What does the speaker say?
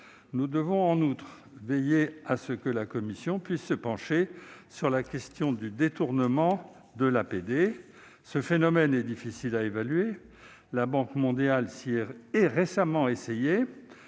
Nous devrons en outre veiller à ce que la commission puisse se pencher sur la question du détournement de l'APD. Ce phénomène est difficile à évaluer. La Banque mondiale s'y est récemment essayée.